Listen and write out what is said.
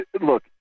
look